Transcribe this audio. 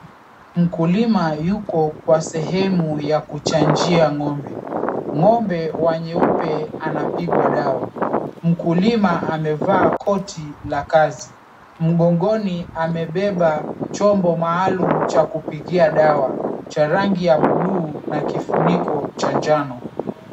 Mkulima yuko kwa sehemu ya kuchanjia ng'ombe. Ng'ombe wa nyeupe anapigwa dawa. Mkulima amevaa koti la kazi. Mgongoni amebeba chombo maalum cha kupigia dawa cha rangi ya buluu na kifuniko cha njano.